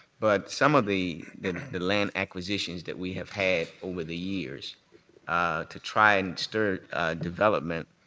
but some of the the land acquisitions that we have had over the years to try and stir development,